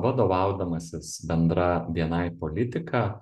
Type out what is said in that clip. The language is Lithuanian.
vadovaudamasis bendra bni politika